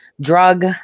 Drug